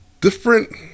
different